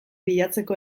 bilatzeko